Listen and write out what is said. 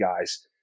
guys